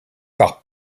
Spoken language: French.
par